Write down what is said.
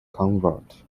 convent